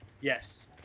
Yes